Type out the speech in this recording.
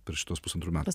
per šituos pusantrų metų